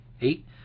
Eight